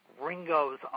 Ringo's